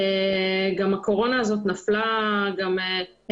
גם הקורונה הזאת נפלה והמשיכה,